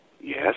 yes